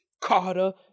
Carter